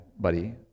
buddy